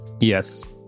Yes